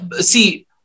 See